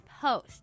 post